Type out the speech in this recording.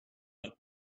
one